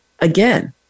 Again